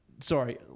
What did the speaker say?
Sorry